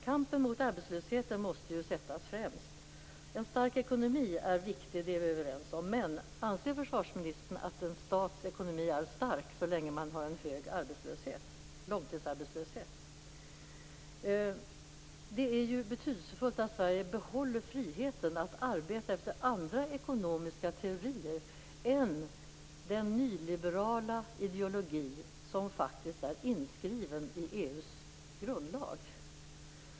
Kampen mot arbetslösheten måste sättas främst. En stark ekonomi är viktig - det är vi överens om. Men anser finansministern att en stat är stark så länge man har en hög långtidsarbetslöshet? Det är betydelsefullt att Sverige behåller friheten att arbeta efter andra ekonomiska teorier än den nyliberala ideologi som faktiskt är inskriven i EU:s grundlag.